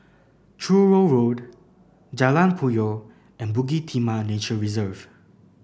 Truro Road Jalan Puyoh and Bukit Timah Nature Reserve